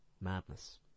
Madness